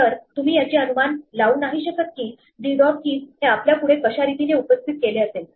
तर तुम्ही याचे अनुमान लावू नाही शकत की d dot keys हे आपल्यापुढे कशा रीतीने उपस्थित केले असेल